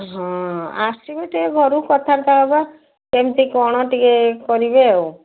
ହଁ ଆସିବୁ ଟିକେ ଘରକୁ କଥାବାର୍ତ୍ତା ହେବା କେମତି କ'ଣ ଟିକେ କରିବେ ଆଉ